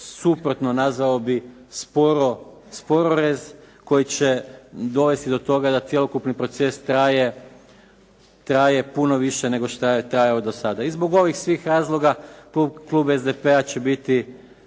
suprotno, nazvao bih sporo, spororez koji će dovesti do toga da cjelokupni proces traje puno više nego što je trajao do sada. I zbog ovih svih razloga Klub SDP-a će biti